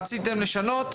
רציתם לשנות.